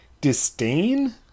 disdain